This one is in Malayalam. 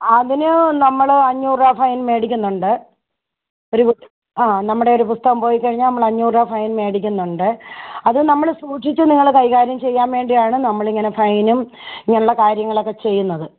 അതിന് നമ്മൾ അഞ്ഞൂറ് രൂപ ഫൈൻ മേടിക്കുന്നുണ്ട് ഒരു ആ നമ്മുടെ ഒരു പുസ്തകം പോയിക്കഴിഞ്ഞാൽ നമ്മൾ അഞ്ഞൂറ് രൂപ ഫൈൻ മേടിക്കുന്നുണ്ട് അത് നമ്മൾ സൂക്ഷിച്ച് നിങ്ങൾ കൈകാര്യം ചെയ്യാൻ വേണ്ടിയാണ് നമ്മൾ ഇങ്ങനെ ഫൈനും ഇങ്ങനെയുള്ള കാര്യങ്ങളൊക്കെ ചെയ്യുന്നത്